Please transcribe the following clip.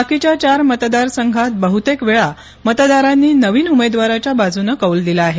बाकीच्या चार मतदारसंघात बह्तेक वेळा मतदारांनी नवीन उमेदवाराच्या बाजूने कौल दिला आहे